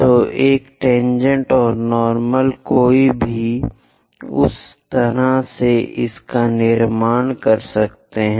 तो एक टेनजेंट और नार्मल कोई भी उस तरह से इसका निर्माण कर सकता है